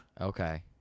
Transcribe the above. Okay